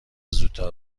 زودتر